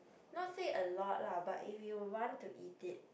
not say a lot lah but if you want to eat it